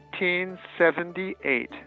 1878